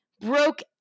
broke